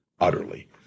utterly